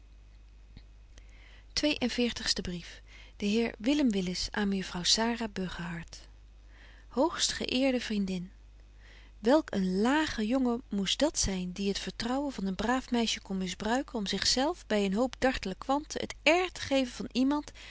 veertigste brief de heer willem willis aan mejuffrouw sara burgerhart hoogstge eerde vriendin welk een lage jongen moest dat zyn die het vertrouwen van een braaf meisje kon misbruiken om zich zelf by een hoop dartle kwanten het air te geven van iemand